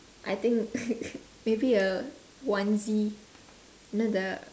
I think maybe a onesie know the